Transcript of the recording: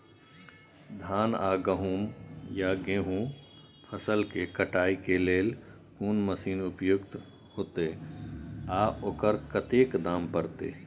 धान आ गहूम या गेहूं फसल के कटाई के लेल कोन मसीन उपयुक्त होतै आ ओकर कतेक दाम परतै?